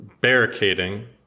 barricading